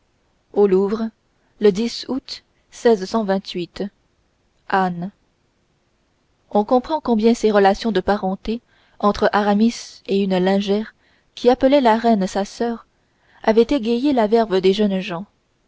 au louvre le août âne on comprend combien ces relations de parenté entre aramis et une lingère qui appelait la reine sa soeur avaient égayé la verve des jeunes gens